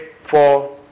four